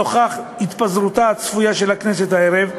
נוכח התפזרותה הצפויה של הכנסת הערב,